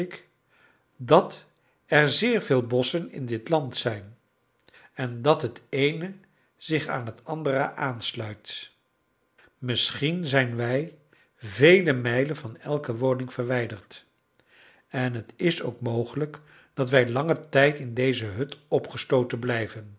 dat er zeer veel bosschen in dit land zijn en dat het eene zich aan het andere aansluit misschien zijn wij vele mijlen van elke woning verwijderd en t is ook mogelijk dat wij langen tijd in deze hut opgesloten blijven